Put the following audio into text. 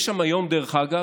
יש שם היום, דרך אגב,